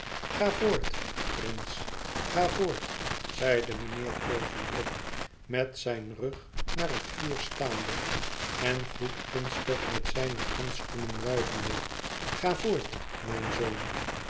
ga voort prince ga voort zeide mijnheer turveydrop met zijn rug naar het vuur staande en goedgunstig met zijne handschoenen wuivende ga voort mijn zoon